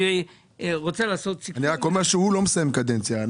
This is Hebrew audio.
הוא לא מסיים קדנציה.